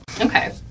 Okay